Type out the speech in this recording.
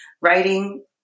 writing